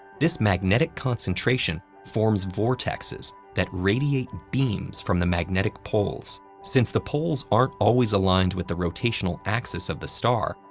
this magnetic concentration forms vortexes that radiate beams from the magnetic poles. since the poles aren't always aligned with the rotational axis of the star,